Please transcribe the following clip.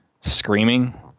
screaming